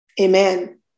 Amen